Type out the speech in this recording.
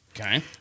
okay